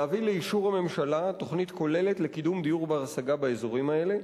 להביא לאישור הממשלה תוכנית כוללת לקידום דיור בר-השגה באזורים האלה,